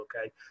okay